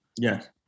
Yes